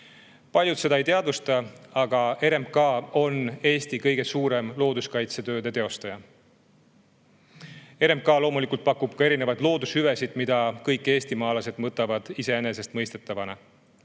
Paljud seda ei teadvusta, aga RMK on Eesti kõige suurem looduskaitsetööde teostaja. RMK pakub loomulikult ka erinevaid loodushüvesid, mida kõik eestimaalased võtavad iseenesestmõistetavana.